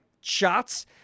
shots